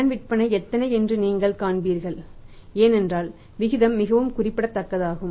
கடன் விற்பனை எத்தனை என்று நீங்கள் காண்பீர்கள் ஏனென்றால் விகிதம் மிகவும் குறிப்பிடத்தக்கதாகும்